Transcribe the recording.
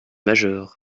majeur